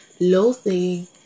loathing